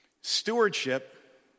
Stewardship